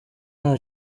nta